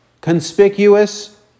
conspicuous